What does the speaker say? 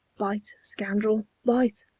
bite, scoundrel, bite!